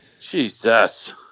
Jesus